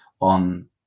on